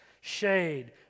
shade